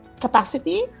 capacity